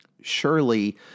Surely